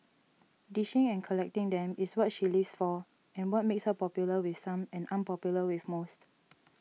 dishing and collecting them is what she lives for and what makes her popular with some and unpopular with most